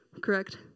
correct